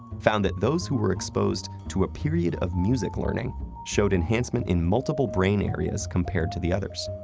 found that those who were exposed to a period of music learning showed enhancement in multiple brain areas, compared to the others.